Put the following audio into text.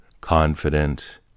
confident